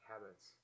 habits